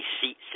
seat